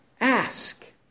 Ask